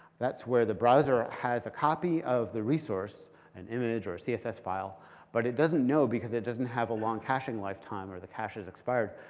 that's where the browser has a copy of the resource an image or a css file but it doesn't know because it doesn't have a long caching lifetime or the cache is expired.